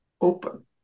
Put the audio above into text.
open